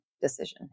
decision